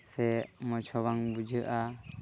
ᱥᱮ ᱢᱚᱡᱽ ᱦᱚᱸ ᱵᱟᱝ ᱵᱩᱡᱷᱟᱹᱜᱼᱟ